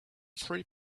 three